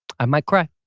i might cry